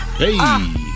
Hey